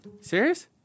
Serious